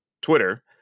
twitter